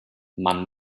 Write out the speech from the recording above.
man